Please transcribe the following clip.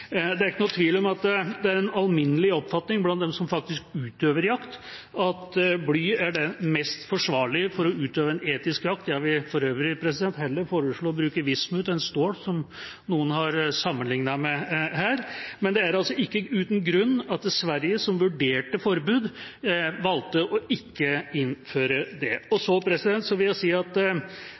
Det er ikke noen tvil om at den alminnelige oppfatning blant dem som faktisk utøver jakt, er at bly er det mest forsvarlige for å utøve en etisk jakt – jeg vil for øvrig foreslå heller å bruke vismut enn stål, som noen har sammenlignet med her. Men det er ikke uten grunn at Sverige, som vurderte forbud, valgte ikke å innføre det. Så vil jeg si at